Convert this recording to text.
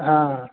हँ